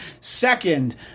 Second